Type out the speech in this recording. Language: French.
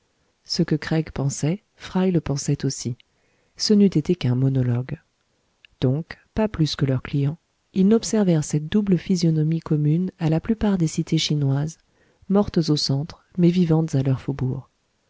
ce que craig pensait fry le pensait aussi ce n'eût été qu'un monologue donc pas plus que leur client ils n'observèrent cette double physionomie commune à la plupart des cités chinoises mortes au centre mais vivantes à leurs faubourgs